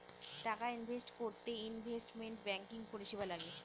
টাকা ইনভেস্ট করতে investment banking পরিষেবা লাগে